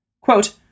Quote